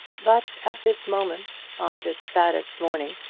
but at this moment, on this saddest morning,